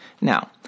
Now